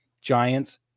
Giants